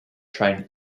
train